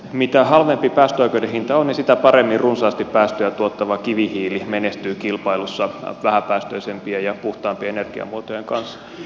mitä halvempi päästöoikeuden hinta on sitä paremmin runsaasti päästöjä tuottava kivihiili menestyy kilpailussa vähäpäästöisempien ja puhtaampien energiamuotojen kanssa